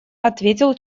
ответил